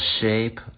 shape